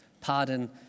Pardon